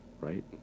right